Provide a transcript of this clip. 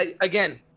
again